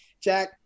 Jack